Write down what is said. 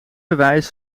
bewijs